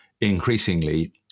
increasingly